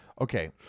okay